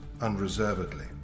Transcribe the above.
unreservedly